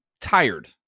tired